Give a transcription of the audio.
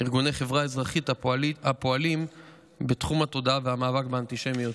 ארגוני חברה אזרחית הפועלים בתחום התודעה והמאבק באנטישמיות.